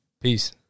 Peace